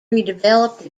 redeveloped